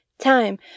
time